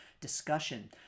discussion